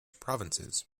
provinces